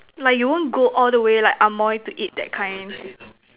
like you won't go all the way like Ah-Moy to eat that kind